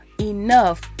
enough